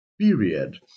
period